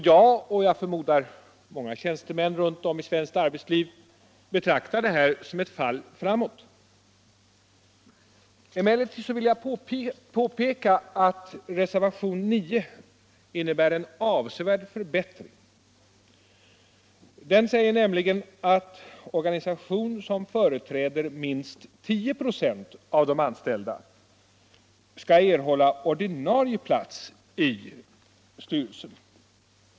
Jag — och jag förmodar många tjänstemän runt om i svenskt arbetsliv — betraktar detta som ett fall framåt. Emellertid vill jag påpeka att reservation 9 innebär en avsevärd förbättring. Den säger nämligen att organisation som företräder minst 10 96 av de anställda skall erhålla ordinarie plats i styrelsen.